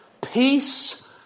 peace